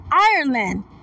Ireland